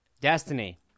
Destiny